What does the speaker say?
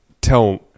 tell